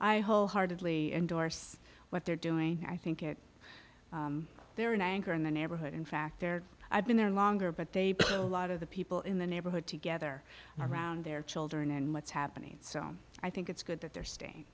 i wholeheartedly endorse what they're doing i think it they're an anchor in the neighborhood in fact they're i've been there longer but they are the people in the neighborhood together around their children and what's happening so i think it's good that they're sta